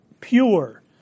pure